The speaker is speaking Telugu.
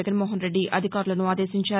జగన్మోహన్ రెడ్డి అధికారులను ఆదేశించారు